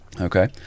Okay